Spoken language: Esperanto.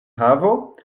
havo